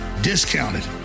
discounted